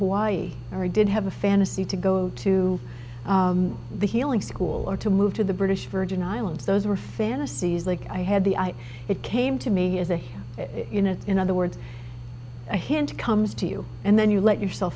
hawaii or did have a fantasy to go to the healing school or to move to the british virgin islands those were fantasies like i had the eye it came to me as a hint you know in other words a hint comes to you and then you let yourself